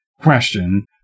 question